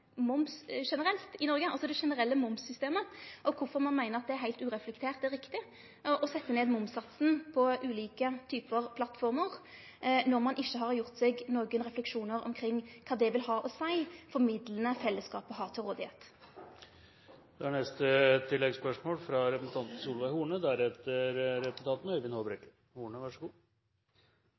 det generelle momssystemet i Noreg, og kvifor ein meiner at det – heilt ureflektert – er riktig å setje ned momssatsen på ulike typar plattformer, når ein ikkje har gjort seg nokon refleksjonar omkring kva dette vil ha å seie for dei midlane fellesskapet har til rådigheit. Solveig Horne – til oppfølgingsspørsmål. Jeg må si jeg er